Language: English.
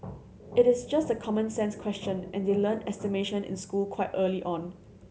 it is just a common sense question and they learn estimation in school quite early on